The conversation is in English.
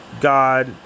god